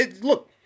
Look